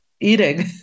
eating